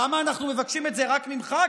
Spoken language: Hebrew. למה אנחנו מבקשים את זה רק ממך?